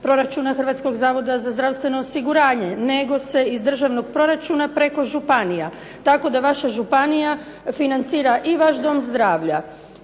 Hrvatskog zavoda za zdravstveno osiguranje nego se iz državnog proračuna preko županija, tako da vaša županija financira i vaš dom zdravlja.